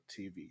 TV